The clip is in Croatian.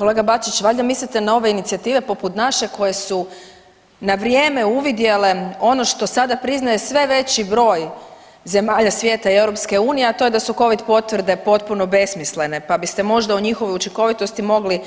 Kolega Bačić valjda mislite na ove inicijative poput naše koje su na vrijeme uvidjele ono što sada priznaje sve veći broj zemalja svijeta i EU, a to je da su Covid potvrde potpuno besmislene pa biste možda o njihovoj učinkovitosti mogli